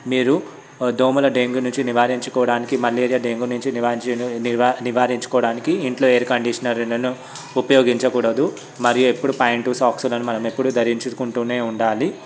మీరు దోమల డెంగు నుంచి నివారించుకోవడానికి మలేరియా డెంగ్యూ నుంచి నివారించు నివా నివారించుకోవడానికి ఇంట్లో ఎయిర్ కండిషనర్లను ఉపయోగించకూడదు మరియు ఎప్పుడు ప్యాంటు సాక్సులను మనం ఎప్పుడో ధరించుకుంటూనే ఉండాలి